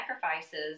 sacrifices